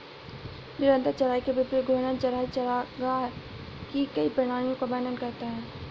निरंतर चराई के विपरीत घूर्णन चराई चरागाह की कई प्रणालियों का वर्णन करता है